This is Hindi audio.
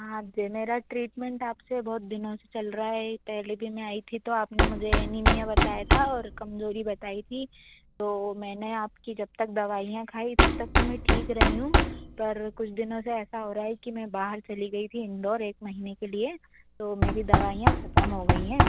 हाँ जेनेरल ट्रीट्मेन्ट आप से बहुत दिनों से चल रहा है पहले भी मैं आई थी तो आप ने मुझे एनिमिया बताया था और कमज़ोरी बताई थी तो मैंने आपकी जब तक दवाइयाँ खाई तब तक तो मैं ठीक रही हूँ पर कुछ दिनों से ऐसा हो रहा है कि मैं बाहर चली गई थी इंदौर एक महीने के लिए तो मेरी दवाइयाँ ख़त्म हो गई हैं